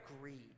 greed